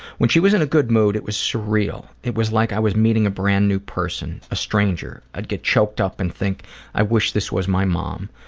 when she was in a good mood it was surreal. it was like i was meeting a brand new person, a stranger. i'd get choked up and think i wish this was my mom.